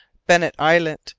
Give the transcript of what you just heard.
bennet islet,